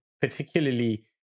particularly